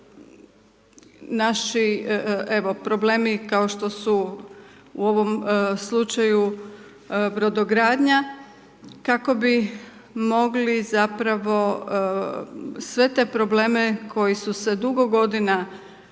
naši evo problemi kao što su u ovom slučaju brodogradnja kako bi mogli zapravo sve te probleme koji su se dugo godina